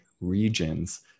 regions